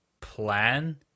plan